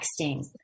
texting